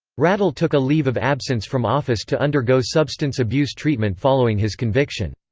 radel took a leave of absence from office to undergo substance abuse treatment following his conviction.